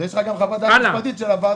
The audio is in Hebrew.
יש לך גם חוות דעת משפטית של הוועדה.